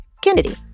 Kennedy